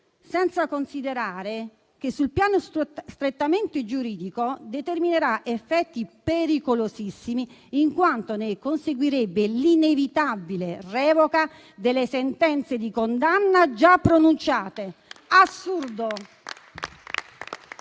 senza considerare che sul piano strettamente giuridico determinerà effetti pericolosissimi, in quanto ne conseguirebbe l'inevitabile revoca delle sentenze di condanna già pronunciate. Assurdo!